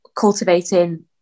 cultivating